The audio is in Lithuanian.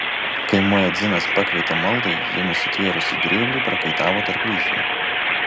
kai muedzinas pakvietė maldai ji nusitvėrusi grėblį prakaitavo tarp lysvių